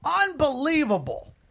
Unbelievable